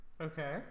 Okay